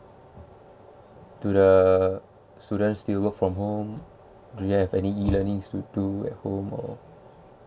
do the student still work from home do you have any E learning at home or